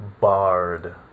barred